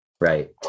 right